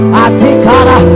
atikara